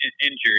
injury